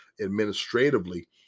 administratively